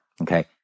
okay